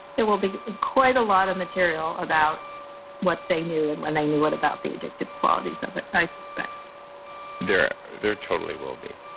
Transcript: there will be quite a lot of material about what they knew, and they knew what about the addictive qualities of it, i suspect there there totally will be.